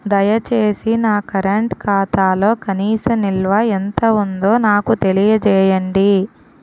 దయచేసి నా కరెంట్ ఖాతాలో కనీస నిల్వ ఎంత ఉందో నాకు తెలియజేయండి